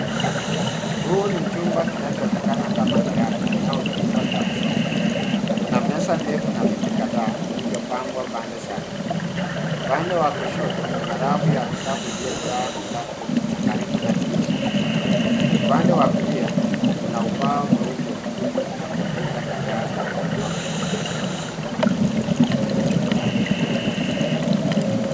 Huu ni chumba kinachoonekana kama darasa au chumba cha kusomea. Kuna meza ndefu na viti kadhaa vilivyopangwa pande zake. Upande wa kushoto kuna rafu ya vitabu iliyojaa vitabu na karibu na dirisha. Upande wa kulia kuna ubao mweupe mkubwa na kompyuta kadhaa zimewekwa kwenye meza nyingine.